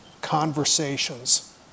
conversations